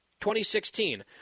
2016